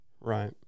Right